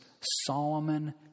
Solomon